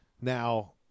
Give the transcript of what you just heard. Now